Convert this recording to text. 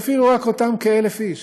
אבל אפילו רק אותם כ-1,000 איש,